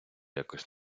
якось